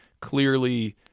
clearly